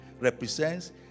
represents